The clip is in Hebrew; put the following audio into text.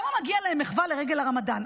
למה מגיעה להם מחווה לרגל הרמדאן?